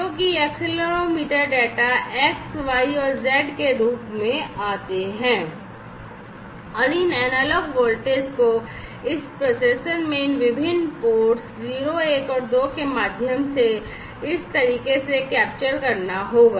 क्योंकि accelerometer data X Y और Z के रूप में आते हैं और इन एनालॉग वोल्टेज को इस प्रोसेसर में इन विभिन्न पोर्ट्स 0 1 और 2 के माध्यम से इस तरीके से कैप्चर करना होगा